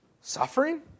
Suffering